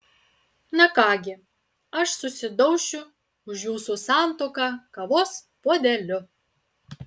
na ką gi aš susidaušiu už jūsų santuoką kavos puodeliu